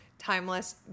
timeless